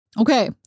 Okay